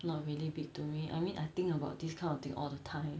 not really big to me I mean I think about this kind of thing all the time